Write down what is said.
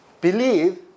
Believe